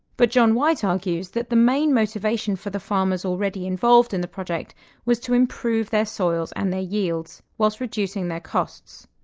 but john white argues that the main motivation for the farmers already involved in the project was to improve their soils and their yields whilst reducing their costs.